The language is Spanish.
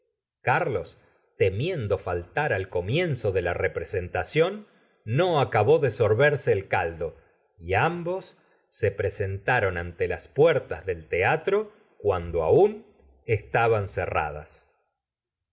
carlos temiendo faltar al comienzo de la re presentación no acabó de sorberse el caldo y ambos se presentaron ante las puertas del teatro cuando aún estaban cerradas i